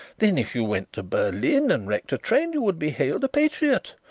then if you went to berlin and wrecked a train you would be hailed a patriot.